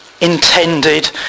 intended